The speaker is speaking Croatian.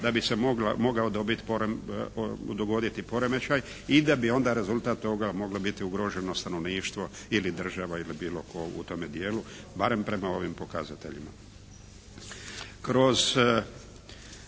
da bi se mogao dogoditi poremećaj i da bi onda rezultat toga mogla biti ugroženost stanovništvo ili država ili bilo tko u tome dijelu barem prema ovim pokazateljima.